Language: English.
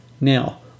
Now